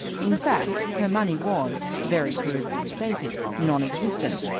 in fact, her money was, very crudely stated, nonexistent,